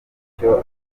icyo